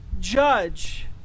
judge